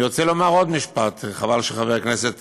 אני רוצה לומר עוד משפט, חבל שחבר הכנסת